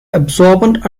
absorbent